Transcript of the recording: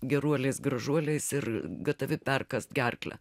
geruoliais gražuoliais ir gatavi perkąst gerklę